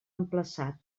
emplaçat